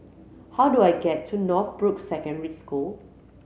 how do I get to Northbrooks Secondary School